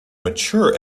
mature